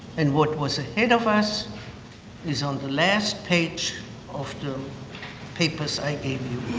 and what was ahead of us is on the last page of the papers i you.